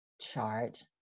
chart